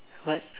what